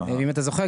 אם אתה זוכר,